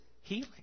healing